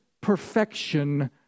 perfection